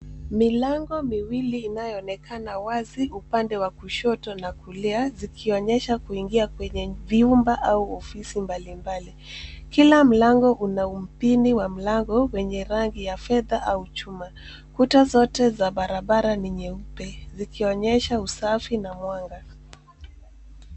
Milango miwili inayoonekana wazi upande wa kushoto na kulia zikionyesha kuingia kwenye vyumba au ofisi mbalimbali kila mlango una mpini wa mlango wenye rangi ya fedha au chuma, kuta zote za barabara ni nyeupe zikionyesha usafi na mwanga.